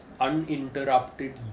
uninterrupted